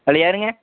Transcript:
hello யாருங்க